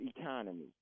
economy